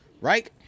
Right